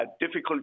difficult